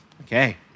Okay